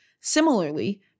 Similarly